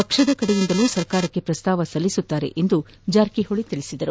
ಪಕ್ಷದ ಕಡೆಯಿಂದಲೂ ಸರ್ಕಾರಕ್ಕೆ ಪ್ರಸ್ತಾವನೆ ಸಲ್ಲಿಸುತ್ತಾರೆ ಎಂದು ಜಾರಕಿಹೊಳಿ ತಿಳಿಸಿದರು